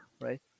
Right